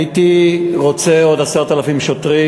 הייתי רוצה עוד 10,000 שוטרים.